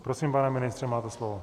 Prosím, pane ministře, máte slovo.